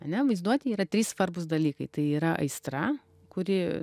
ane vaizduotėj yra trys svarbūs dalykai tai yra aistra kuri